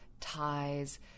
ties